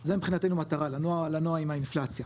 זה מבחינתנו המטרה לנוע עם האינפלציה,